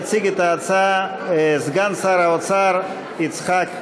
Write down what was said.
יציג את ההצעה סגן שר האוצר יצחק כהן.